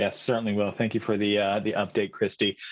yeah certainly will. thank you for the ah the update, christy.